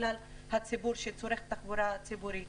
לכלל הציבור שצורך תחבורה ציבורית.